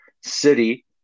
city